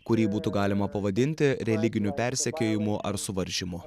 kurį būtų galima pavadinti religiniu persekiojimu ar suvaržymu